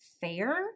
fair